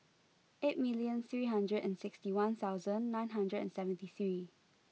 eight million three hundred and sixty one thousand nine hundred and seventy three